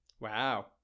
Wow